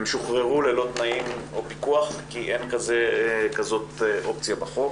הם שוחררו ללא תנאים או פיקוח כי אין כזאת אופציה בחוק.